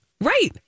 Right